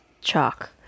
Chalk